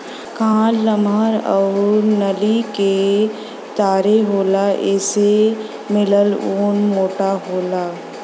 कान लमहर आउर नली के तरे होला एसे मिलल ऊन मोटा होला